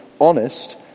honest